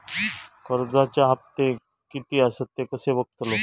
कर्जच्या हप्ते किती आसत ते कसे बगतलव?